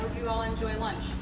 you all enjoy lunch.